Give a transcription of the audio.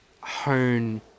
hone